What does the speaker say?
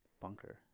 bunker